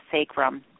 sacrum